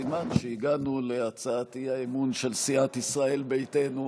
סימן שהגענו להצעת האי-אמון של סיעת ישראל ביתנו,